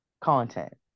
content